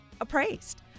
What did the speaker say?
appraised